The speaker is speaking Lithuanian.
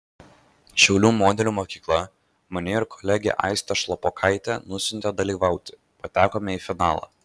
šiaulių modelių mokykla mane ir kolegę aistę šlapokaitę nusiuntė dalyvauti patekome į finalą